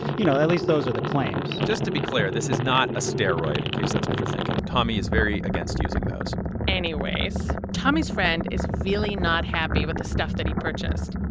you know, at least those are the claims just to be clear, this is not a steroid, in case that's what you're thinking. tommy is very against using those anyway, tommy's friend is really not happy with the stuff that he purchased.